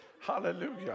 Hallelujah